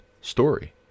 story